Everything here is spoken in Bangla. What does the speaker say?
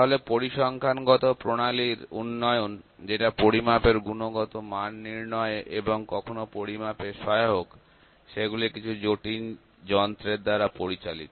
তাহলে পরিসংখ্যানগত প্রণালীর উন্নয়ন যেটা পরিমাপের গুণগত মান নির্ণয়ে এবং কখনো পরিমাপের সহায়ক সেগুলো কিছু জটিল যন্ত্রের দ্বারা পরিচালিত